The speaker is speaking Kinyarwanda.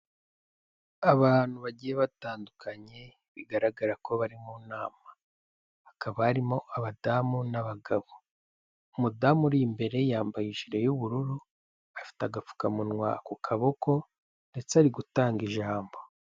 Abantu bagiye batandukanye bigaragara ko bari mu nama, hakaba harimo abadamu n'abagabo, umudamu uri imbere yambaye ijire y'ubururu, afite agapfukamunwa ku kaboko ndetse ari gutanga ijambo.